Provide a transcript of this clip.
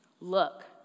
Look